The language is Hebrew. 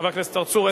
חבר הכנסת צרצור.